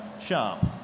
sharp